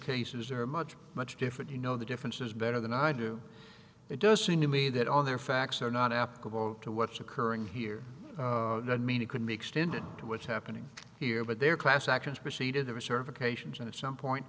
cases are much much different you know the differences better than i do it does seem to me that all there facts are not applicable to what's occurring here mean it could be extended to what's happening here but their class actions preceded the reserve occasions and at some point